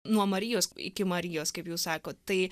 nuo marijos iki marijos kaip jūs sakot tai